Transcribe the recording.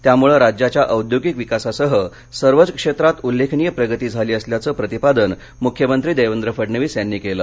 त्यामुळं राज्याच्या औद्योगिक विकासासह सर्वच क्षेत्रात उल्लेखनीय प्रगती झाली असल्याचं प्रतिपादन मुख्यमंत्री देवेंद्र फडणवीस यांनी केलं